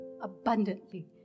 abundantly